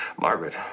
Margaret